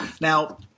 Now